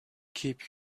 keep